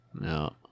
No